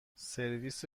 سرویس